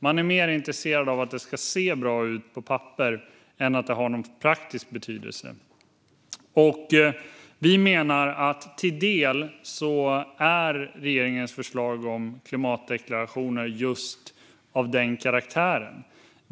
Man är mer intresserad av att det ska se bra ut på papper än att det har någon praktisk betydelse. Vi menar att till del är regeringens förslag om klimatdeklarationer av just den karaktären.